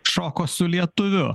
šoko su lietuviu